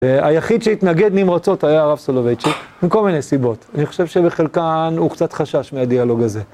היחיד שהתנגד נמרצות היה הרב סולובייצ'יק, מכל מיני סיבות, אני חושב שבחלקן הוא קצת חשש מהדיאלוג הזה.